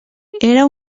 era